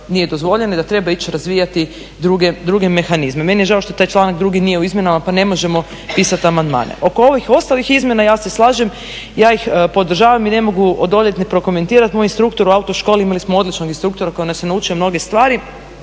da treba ići razvijati druge mehanizme. Meni je žao što taj članak drugi nije u izmjenama pa ne možemo pisat amandmane. Oko ovih ostalih izmjena ja se slažem, ja ih podržavam i ne mogu odoljet ne prokomentirat, moj instruktor u auto školi, imali smo odličnog instruktora koji nas je naučio mnoge stvari,